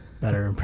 better